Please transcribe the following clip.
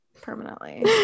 Permanently